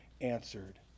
answered